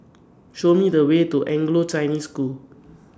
Show Me The Way to Anglo Chinese School